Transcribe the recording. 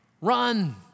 run